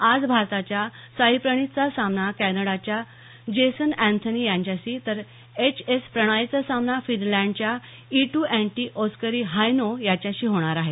आज भारताच्या साईप्रणीतचा सामना कॅनडाच्या जेसन अँथनी याच्याशी तर एच एस प्रणॉयचा सामना फिनलँडच्या ईटू एन्टी ओस्करी हायनो याच्याशी होणार आहे